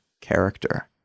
character